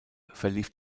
verlief